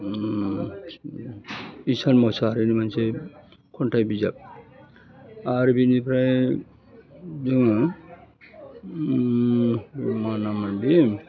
ओम इसान मसाहारिनि मोनसे खन्थाइ बिजाब आरो बेनिफ्राय जोङो उमानामन्दिम